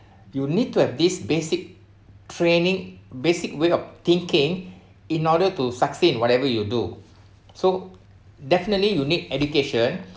you need to have this basic training basic way of thinking in order to sustain whatever you do so definitely you need education